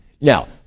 Now